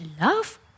love